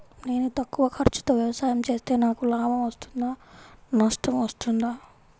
నేను తక్కువ ఖర్చుతో వ్యవసాయం చేస్తే నాకు లాభం వస్తుందా నష్టం వస్తుందా?